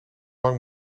lang